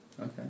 Okay